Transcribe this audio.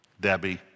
Debbie